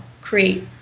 create